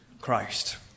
Christ